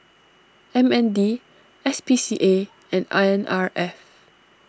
M N D S P C A and R N R F